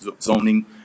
zoning